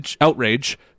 Outrage